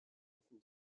often